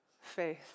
faith